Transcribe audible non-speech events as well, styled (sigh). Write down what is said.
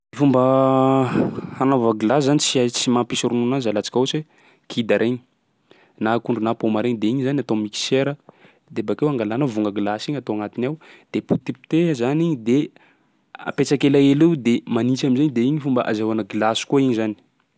Fomba (hesitation) (noise) hanaova glasy zany tsy a- tsy mampisy ronono azy alatsika ohatsy hoe kida regny, na akondro na paoma regny de igny zany atao mixeur. De bakeo angalanao vonga glasy igny atao agnatiny ao, de potipoteha zany igny, de apetraky elaela eo de manintsy am'zay iny de iny fomba azahoana koa igny zany.